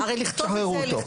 תשחררו אותו.